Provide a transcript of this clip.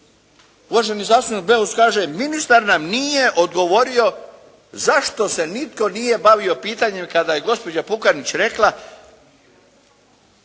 Uvaženi zastupnik Beus kaže ministar nam nije odgovorio zašto se nitko nije bavio pitanjem kada je gospođa Pukanić rekla